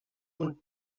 und